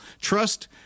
trust